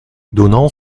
donnant